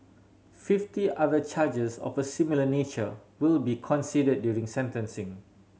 fifty other charges of a similar nature will be considered during sentencing